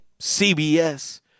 CBS